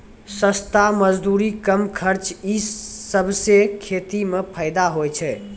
सस्ता मजदूरी, कम खर्च ई सबसें खेती म फैदा होय छै